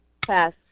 Pass